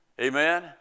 Amen